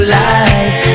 life